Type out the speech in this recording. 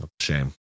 Shame